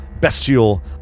bestial